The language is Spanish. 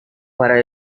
para